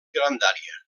grandària